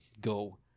go